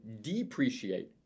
depreciate